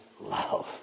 love